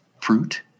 fruit